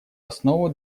основу